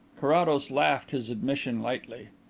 carrados laughed his admission lightly.